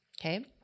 Okay